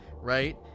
right